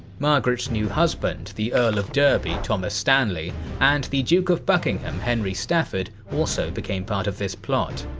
margaret's new husband the earl of derby thomas stanley and the duke of buckingham henry stafford also became part of this plot.